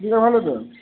ভালো তো